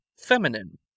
Feminine